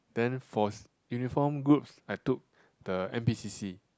then for uniform groups I took the N_p_c_C